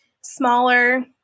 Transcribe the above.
smaller